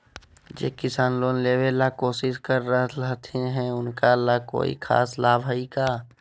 जे किसान लोन लेबे ला कोसिस कर रहलथिन हे उनका ला कोई खास लाभ हइ का?